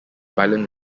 violent